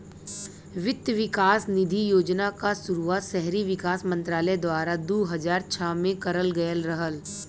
वित्त विकास निधि योजना क शुरुआत शहरी विकास मंत्रालय द्वारा दू हज़ार छह में करल गयल रहल